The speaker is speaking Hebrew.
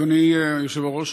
אדוני היושב-ראש,